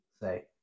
say